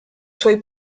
suoi